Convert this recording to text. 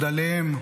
במחדליהם,